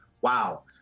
wow